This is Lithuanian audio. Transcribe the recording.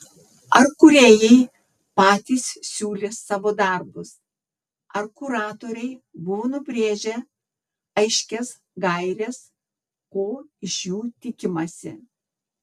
ar kūrėjai patys siūlė savo darbus ar kuratoriai buvo nubrėžę aiškias gaires ko iš jų tikimasi